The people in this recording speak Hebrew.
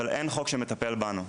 אבל אין חוק שמטפל בנו.